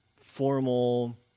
formal